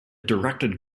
directed